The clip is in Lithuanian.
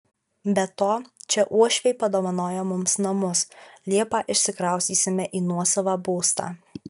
be to čia uošviai padovanojo mums namus liepą išsikraustysime į nuosavą būstą